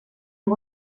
amb